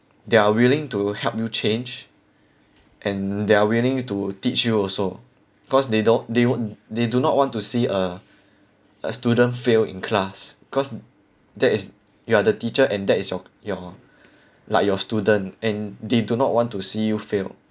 they are willing to help you change and they are willing to teach you also cause they don't they wou~ they do not want to see a a student fail in class cause that is you are the teacher and that is your your like your student and they do not want to see you fail